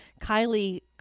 Kylie